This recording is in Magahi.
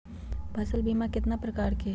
फसल बीमा कतना प्रकार के हई?